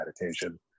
meditation